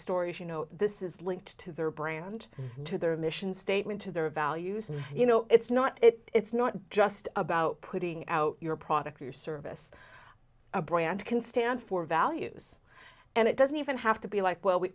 stories you know this is linked to their brand to their mission statement to their values and you know it's not it's not just about putting out your product or service a brand can stand for values and it doesn't even have to be like well